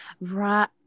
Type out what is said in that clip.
Right